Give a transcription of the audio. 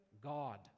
God